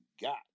got